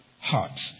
hearts